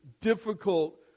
difficult